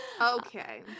Okay